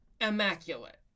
Immaculate